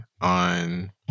on